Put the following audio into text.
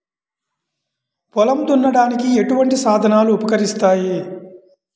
పొలం దున్నడానికి ఎటువంటి సాధనాలు ఉపకరిస్తాయి?